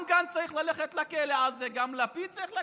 גם גנץ צריך ללכת לכלא על זה, גם לפיד צריך.